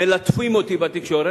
מלטפים אותי בתקשורת,